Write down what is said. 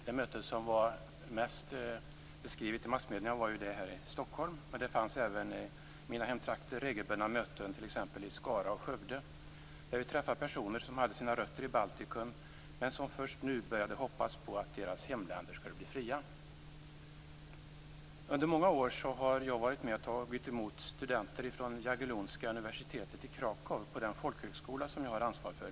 De möten som beskrevs mest i massmedierna var de här i Stockholm, men det hölls regelbundna möten även i mina hemtrakter, t.ex. i Skara och Skövde. Där träffade vi personer som hade sina rötter i Baltikum men som först nu började hoppas på att deras hemländer skulle bli fria. Under många år har jag varit med och tagit emot studenter från Jagellonska universitetet i Krakow på den folkhögskola som jag har ansvar för.